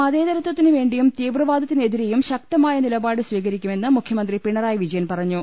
മതേതരത്വത്തിന് വേണ്ടിയും തീവ്രവാദത്തിനെതിരെയും ശക്ത മായ നിലപാട് സ്വീകരിക്കുമെന്ന് മുഖ്യമന്ത്രി പിണറായി വിജയൻ പറഞ്ഞു